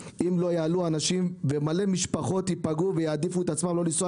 אנשים ומלא משפחות ייפגעו ויעדיפו לא לנסוע